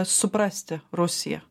suprasti rusiją